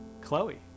Chloe